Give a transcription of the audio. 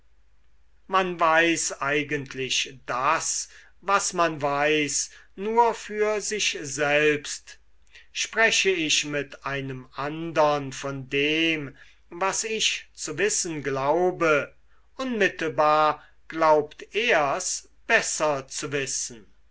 man weiß eigentlich das was man weiß nur für sich selbst spreche ich mit einem andern von dem was ich zu wissen glaube unmittelbar glaubt er's besser zu wissen